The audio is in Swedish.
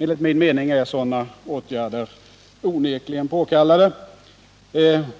Enligt min mening är sådana åtgärder onekligen påkallade,